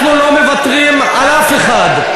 אנחנו לא מוותרים על אף אחד,